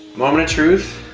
moment of truth,